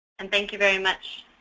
and thank you very much.